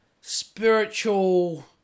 spiritual